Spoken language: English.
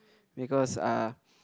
because uh